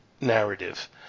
narrative